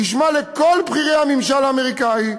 תשמע לכל בכירי הממשל האמריקני,